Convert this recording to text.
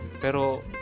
Pero